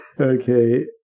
Okay